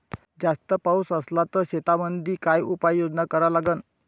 जास्त पाऊस असला त शेतीमंदी काय उपाययोजना करा लागन?